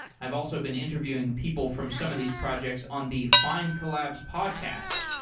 i've also been interviewing people from some of these projects on the findcollabs podcast.